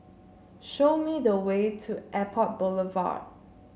show me the way to Airport Boulevard